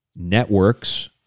networks